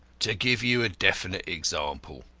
to give you a definite example.